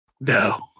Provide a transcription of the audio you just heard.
No